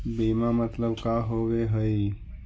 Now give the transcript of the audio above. बीमा मतलब का होव हइ?